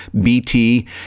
bt